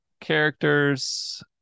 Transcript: characters